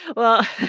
well